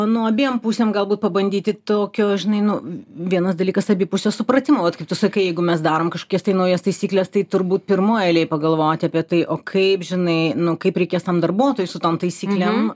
nu abiem pusėm galbūt pabandyti tokio žinai nu vienas dalykas abipusio supratimo vat kaip tu sakai jeigu mes darom kažkokias tai naujas taisykles tai turbūt pirmoj eilėj pagalvoti apie tai o kaip žinai nu kaip reikės tam darbuotojui su tom taisyklėm